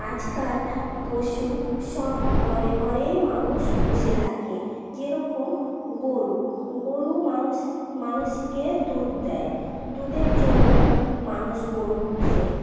আজকাল পশু সব ঘরে ঘরেই মানুষ পুষে থাকে যেরকম গরু গরু মানুষ মানুষকে দুধ দেয় দুধের জন্য মানুষ গরু পোষে